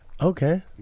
Okay